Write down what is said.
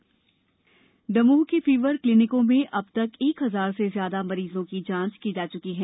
fever clinic Damoh के fever क्लीनिकों में अब तक एक हजार से ज्यादा मरीजों की जांच की जा चुकी है